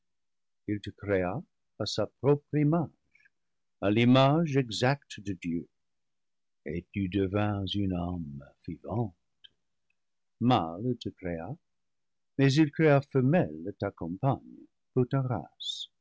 à sa propre image à l'image exacte de dieu et lu devins une âme vivante mâle il te créa mais il créa femelle